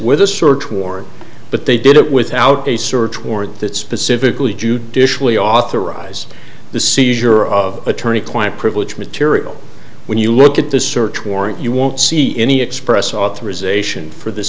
with a search warrant but they did it without a search warrant that specifically judicially authorize the seizure of attorney client privilege material when you look at the search warrant you won't see any express authorization for the